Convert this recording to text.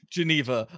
Geneva